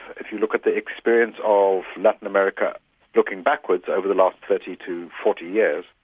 if you look at the experience of latin-america looking backwards over the last thirty to forty years,